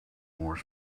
more